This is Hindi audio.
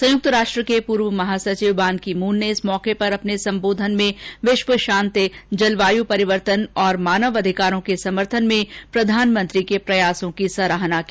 संयुक्त राष्ट्र के पूर्व महासचिव बान की मून ने इस अवसर पर अपने संबोधन में विश्वशांति जलवायु परिवर्तन और मानव अधिकारों के समर्थन में प्रधानमंत्री के प्रयासों की सराहना की